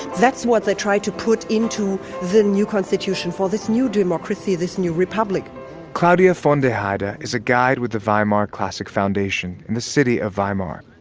that's what they tried to put into the new constitution for this new democracy, this new republic claudia vonderheide is a guide with the weimar classic foundation in the city of weimar.